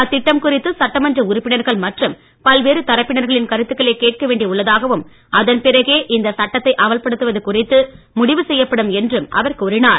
அத்திட்டம் குறித்து சட்டமன்ற உறுப்பினர்கள் மற்றும் பல்வேறு தரப்பினர்களின் கருத்துகளை கேட்க வேண்டி உள்ளதாகவும் அதன் பிறகே இந்த சட்டத்தை அமல்படுத்துவது குறித்து முடிவு செய்யப்படும் என்றும் அவர் கூறினார்